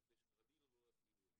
כדי שחלילה לא יפעילו את זה.